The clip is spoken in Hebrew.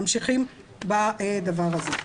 ממשיכים בדבר הזה.